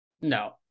no